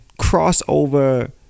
crossover